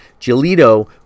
Giolito